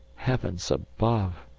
heavens above!